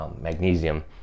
magnesium